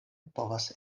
povas